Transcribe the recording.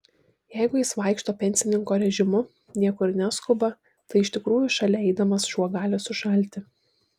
jeigu jis vaikšto pensininko režimu niekur neskuba tai iš tikrųjų šalia eidamas šuo gali sušalti